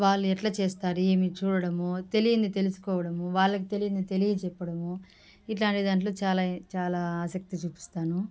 వాళ్ళు ఎలా చేస్తారు ఏమి చూడడము తెలియని తెలుసుకోవడము వాళ్లకి తెలియని తెలియచెప్పడం ఇట్లాంటి దానిలో చాలా చాలా ఆసక్తి చూపిస్తాను